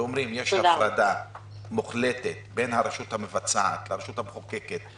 ואומרים: יש הפרדה מוחלטת בין הרשות המבצעת לרשות המחוקקת,